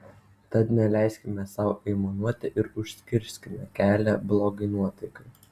tad neleiskime sau aimanuoti ir užkirskime kelią blogai nuotaikai